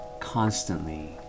constantly